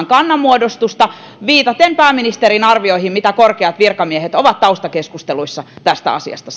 kannanmuodostusta viitaten pääministerin arvioihin siitä mitä korkeat virkamiehet ovat taustakeskusteluissa tästä asiasta